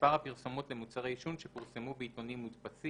מספר הפרסומות למוצרי עישון שפורסמו בעיתונים מודפסים,